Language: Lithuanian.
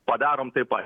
padarom taip pat